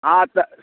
हँ तऽ